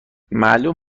معلوم